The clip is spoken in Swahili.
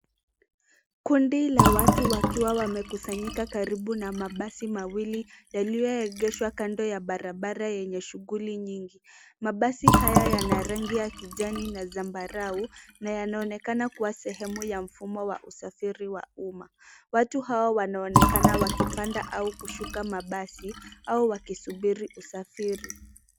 Kundi la watu wakiwa wamekusanyika karibu na mabasi mawili yaliyoegeshwa kando ya barabara yenye shughuli nyingi. Mabasi haya yana rangi ya kijani na zambarau, na yanaonekana kuwa sehemu ya mfumo wa usafiri wa umme. Watu hao wanaonekana wakipanda au kushuka mabasi, au wakisubiri usafiri.